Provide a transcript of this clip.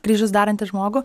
kryžius darantį žmogų